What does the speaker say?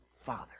father